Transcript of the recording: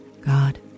God